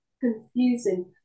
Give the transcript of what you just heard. confusing